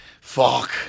Fuck